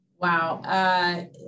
Wow